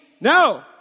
No